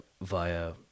Via